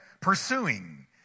pursuing